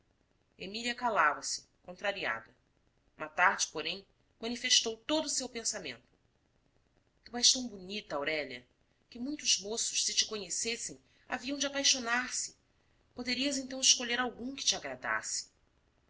emília calava-se contrariada uma tarde porém manifestou todo o seu pensamento tu és tão bonita aurélia que muitos moços se te conhecessem haviam de apaixonar-se poderias então escolher algum que te agradasse